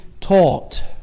taught